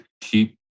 keep